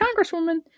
Congresswoman